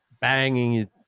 banging